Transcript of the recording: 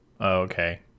okay